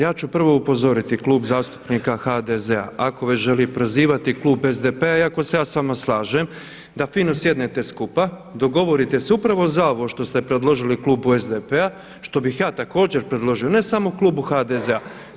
Ja ću prvo upozoriti Klub zastupnika HDZ-a ako već želi prozivati klub SDP-a iako se ja sa vama slažem, da fino sjednete skupa, dogovorite se upravo za ovo što ste predložili klubu SDP-a što bih ja također predložio ne samo klubu HDZ-a.